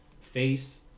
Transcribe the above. face